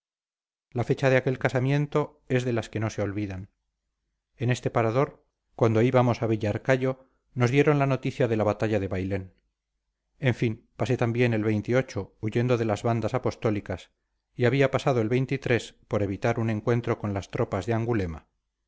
la fecha de aquel casamiento es de las que no se olvidan en este parador cuando íbamos a villarcayo nos dieron la noticia de la batalla de bailén en fin pasé también el huyendo de las bandas apostólicas y había pasado el por evitar un encuentro con las tropas de angulema